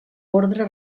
orde